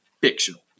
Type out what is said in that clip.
fictional